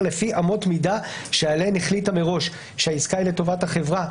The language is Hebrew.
לפי אמות מידה שעליהן החליטה מראש שהעסקה היא לטובת החברה.